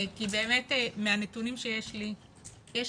כי באמת מנתונים שיש לי יש,